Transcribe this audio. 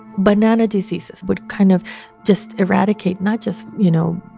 banana diseases would kind of just eradicate not just, you know,